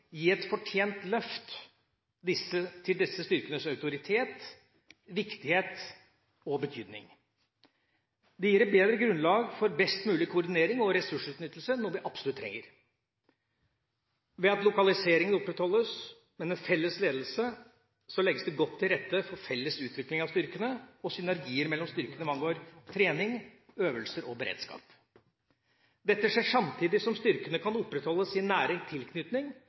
gi et fortjent løft til disse styrkenes autoritet, viktighet og betydning. Det gir et bedre grunnlag for best mulig koordinering og ressursutnyttelse, noe vi absolutt trenger. Ved at lokaliseringen opprettholdes, med en felles ledelse, legges det godt til rette for felles utvikling av styrkene og synergier mellom styrkene hva angår trening, øvelser og beredskap. Dette skjer samtidig som styrkene kan opprettholde sin nære tilknytning